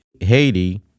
Haiti